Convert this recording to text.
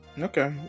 Okay